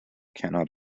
cannot